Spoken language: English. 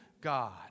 God